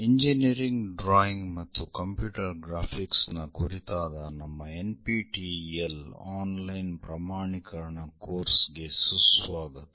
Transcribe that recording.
engineering drawing ಮತ್ತು computer graphics ನ ಕುರಿತಾದ ನಮ್ಮ NPTEL online ಪ್ರಮಾಣೀಕರಣ ಕೋರ್ಸ್ ಗೆ ಸುಸ್ವಾಗತ